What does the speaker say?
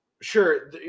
sure